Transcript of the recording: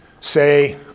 say